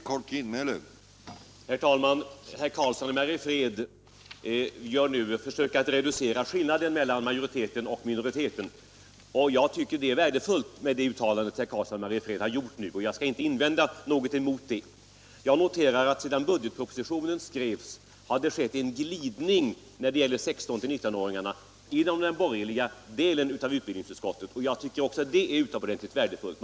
Herr talman! Herr Karlsson i Mariefred gör här ett försök att reducera skillnaden mellan majoriteten och minoriteten. Jag tycker att det uttalande han nu har gjort är värdefullt, och jag skall inte invända något emot det. Jag noterar att det sedan budgetpropositionen skrevs har skett en glidning när det gäller 16-19-åringarna inom den borgerliga delen av utbildningsutskottet, och också det är utomordentligt värdefullt.